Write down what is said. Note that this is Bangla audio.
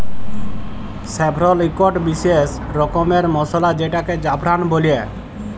স্যাফরল ইকট বিসেস রকমের মসলা যেটাকে জাফরাল বল্যে